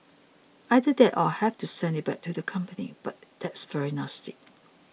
either that or have to send it back to the company but that's very nasty